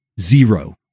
Zero